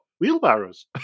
wheelbarrows